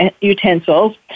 utensils